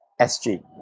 SG